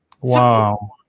Wow